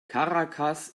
caracas